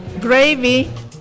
Gravy